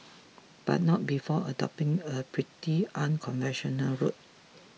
but not before adopting a pretty unconventional route